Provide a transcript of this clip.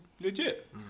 legit